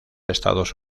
estados